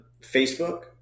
Facebook